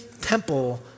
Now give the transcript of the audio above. temple